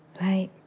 Right